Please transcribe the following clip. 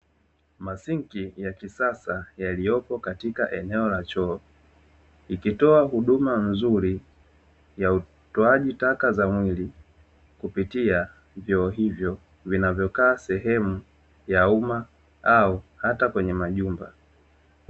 Masinki ya kisasa yaliyopo katika eneo la choo ikitoa huduma nzuri ya utoaji taka za mwili kupitia vyoo hivyo vinavyokaa sehemu ya "UMMA", au hata kwenye Majumba.